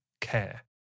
care